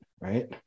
right